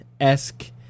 esque